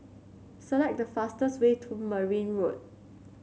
select the fastest way to Merryn Road